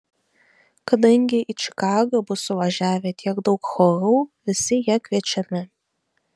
kadangi į čikagą bus suvažiavę tiek daug chorų visi jie kviečiami